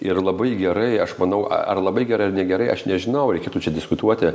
ir labai gerai aš manau ar labai gerai ar negerai aš nežinau reikėtų čia diskutuoti